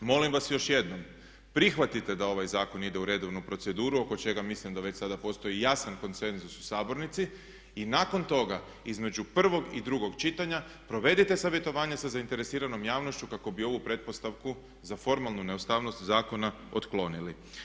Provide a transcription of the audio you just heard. Molim vas još jednom, prihvatite da ovaj zakon ide u redovnu proceduru oko čega mislim da već sada postoji jasan konsenzus u Sabornici i nakon toga između prvog i drugog čitanja provedite savjetovanje sa zainteresiranom javnošću kako bi ovu pretpostavku za formalnu neustavnost zakona otklonili.